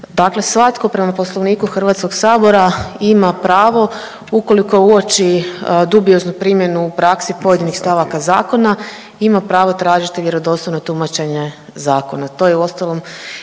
Dakle svatko prema Poslovniku HS-a ima pravo, ukoliko uoči dubioznu primjenu u praksi pojedinih stavaka zakona, ima pravo tražiti vjerodostojno tumačenje zakona. To je uostalom